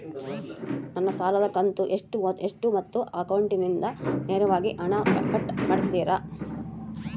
ನನ್ನ ಸಾಲದ ಕಂತು ಎಷ್ಟು ಮತ್ತು ಅಕೌಂಟಿಂದ ನೇರವಾಗಿ ಹಣ ಕಟ್ ಮಾಡ್ತಿರಾ?